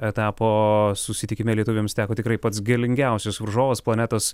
etapo susitikime lietuviams teko tikrai pats galingiausias varžovas planetos